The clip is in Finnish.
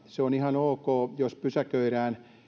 se on ihan ok jos pysäköidään